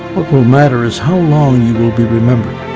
what will matter is how long you will be remembered,